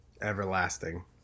everlasting